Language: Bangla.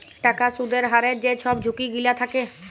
টাকার সুদের হারের যে ছব ঝুঁকি গিলা থ্যাকে